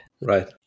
Right